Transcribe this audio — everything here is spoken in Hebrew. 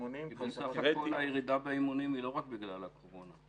בסך הכול הירידה באימונים היא לא רק בגלל הקורונה.